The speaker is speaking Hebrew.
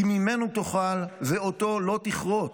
כי ממנו תאכל ואֹתו לא תכרֹת,